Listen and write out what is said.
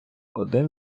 один